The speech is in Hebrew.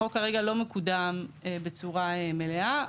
החוק כרגע לא מקודם בצורה מלאה.